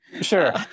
Sure